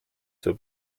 zur